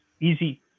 easy